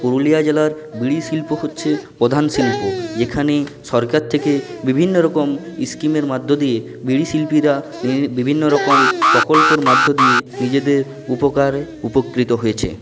পুরুলিয়া জেলার বিড়ি শিল্প হচ্ছে প্রধান শিল্প যেখানে সরকার থেকে বিভিন্ন রকম ইস্কিমের মধ্য দিয়ে বিড়ি শিল্পীরা বিভিন্ন রকম প্রকল্পর মাধ্য দিয়ে নিজেদের উপকারে উপকৃত হয়েছে